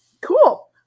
Cool